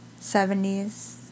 70s